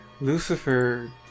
lucifer